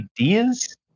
ideas